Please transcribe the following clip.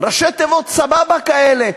ראשי תיבות סבבה כאלה,